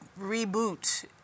reboot